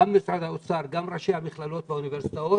גם משרד האוצר, גם ראשי האוניברסיטאות והמכללות,